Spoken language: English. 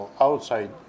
outside